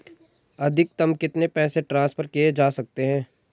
अधिकतम कितने पैसे ट्रांसफर किये जा सकते हैं?